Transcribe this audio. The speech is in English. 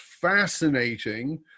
fascinating